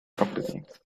properties